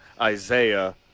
Isaiah